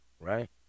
right